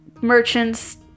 merchants